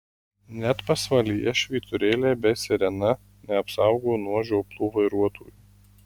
net pasvalyje švyturėliai bei sirena neapsaugo nuo žioplų vairuotojų